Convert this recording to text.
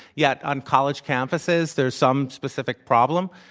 yet on college campuses, there's some specific problem?